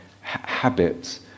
habits